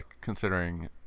considering